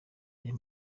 aya